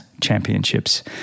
Championships